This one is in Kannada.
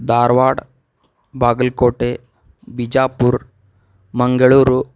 ಧಾರ್ವಾಡ ಬಾಗಲಕೋಟೆ ಬಿಜಾಪುರ ಮಂಗಳೂರು